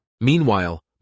Meanwhile